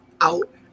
out